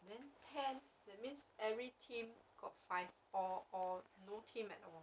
then ten that means every team got five or or no team at all